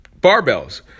barbells